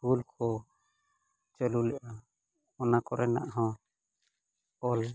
ᱦᱩᱞ ᱠᱚ ᱪᱟᱹᱞᱩ ᱞᱮᱫᱟ ᱚᱱᱟ ᱠᱚᱨᱮᱱᱟᱜ ᱦᱚᱸ ᱚᱞ